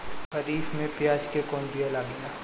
खरीफ में प्याज के कौन बीया लागेला?